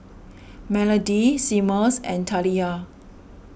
Melodie Seamus and Taliyah